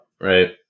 right